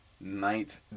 knight